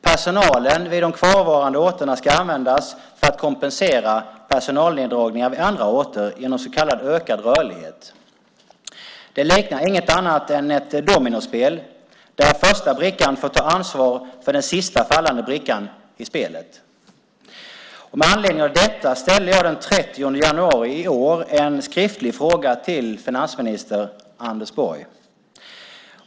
Personalen vid de kvarvarande orterna ska användas för att kompensera personalneddragningar vid andra orter inom så kallad ökad rörlighet. Det liknar inget annat än ett dominospel där första brickan får ta ansvar för den sista fallande brickan i spelet. Med anledning av detta ställde jag den 30 januari i år en skriftlig fråga till finansminister Anders Borg.